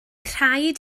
rhaid